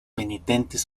penitentes